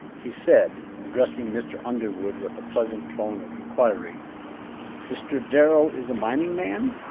he said, addressing mr. underwood with a pleasant tone of inquiry mr. darrell is a mining man?